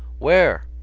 where?